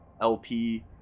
LP